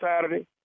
Saturday